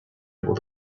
able